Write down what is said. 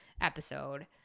episode